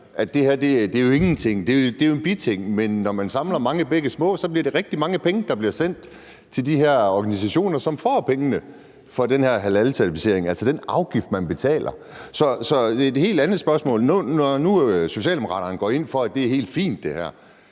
det er en biting, men når man samler mange bække små, bliver det rigtig mange penge, der bliver sendt til de her organisationer, som får pengene for den her halalcertificering, altså den afgift, man betaler. Så har jeg et helt andet spørgsmål: Når nu Socialdemokraterne går ind for, at det her er helt fint,